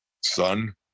son